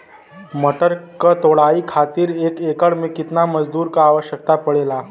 मटर क तोड़ाई खातीर एक एकड़ में कितना मजदूर क आवश्यकता पड़ेला?